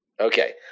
Okay